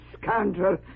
scoundrel